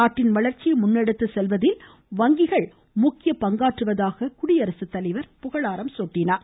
நாட்டின் வளர்ச்சியை முன்னெடுத்து செல்வதிலும் வங்கிகள் முக்கிய பங்காற்றுவதாகக் குடியரசு தலைவர் குறிப்பிட்டார்